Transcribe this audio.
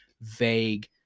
vague